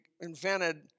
invented